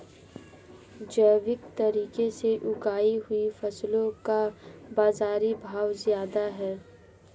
जैविक तरीके से उगाई हुई फसलों का बाज़ारी भाव ज़्यादा है